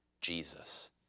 Jesus